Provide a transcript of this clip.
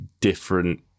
different